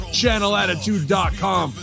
channelattitude.com